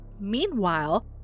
Meanwhile